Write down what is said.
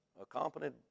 accompanied